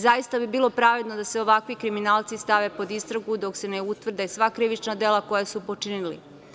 Zaista bi bilo pravedno da se ovakvi kriminalci stavi pod istragu dok se ne utvrde sva krivična dela koja su počinili.